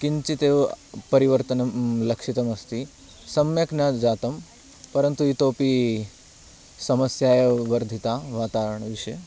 किञ्चित् एव परिवर्तनं लक्षितम् अस्ति सम्यक् न जातं परन्तु इतोऽपि समस्या एव वर्धिता वातावरणविषये